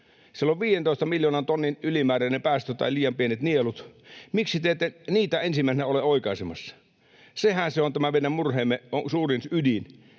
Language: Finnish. Siellä on 15 miljoonan tonnin ylimääräinen päästö tai liian pienet nielut. Miksi te ette niitä ensimmäisenä ole oikaisemassa? Sehän se on tämä meidän murheemme suurin ydin,